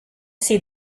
see